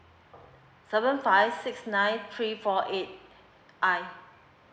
seven five six nine three four eight I